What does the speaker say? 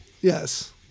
Yes